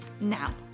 Now